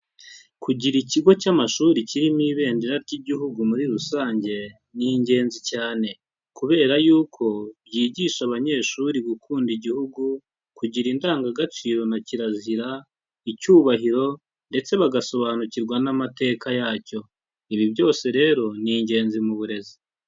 Kugira ikigo cy'amashuri kirimo ibendera ry'igihugu muri rusange ni ingenzi cyane, kubera yuko byigisha abanyeshuri gukunda igihugu, kugira indangagaciro na kirazira, icyubahiro ndetse bagasobanukirwa n'amateka yacyo, ibi byose rero ni ingenzi mu burezi.